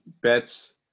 bets